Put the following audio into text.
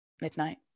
midnight